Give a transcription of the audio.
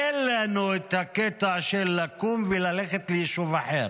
אין לנו הקטע של לקום וללכת ליישוב אחר,